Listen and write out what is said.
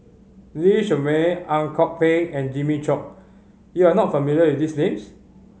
Lee Shermay Ang Kok Peng and Jimmy Chok you are not familiar with these names